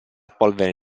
polvere